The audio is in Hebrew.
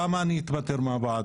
למה אני אתפטר מהוועד,